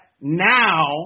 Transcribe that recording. now